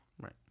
right